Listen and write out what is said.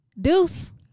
deuce